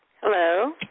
Hello